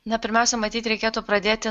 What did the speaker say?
na pirmiausia matyt reikėtų pradėti